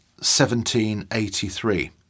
1783